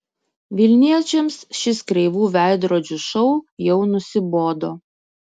vilniečiams šis kreivų veidrodžių šou jau nusibodo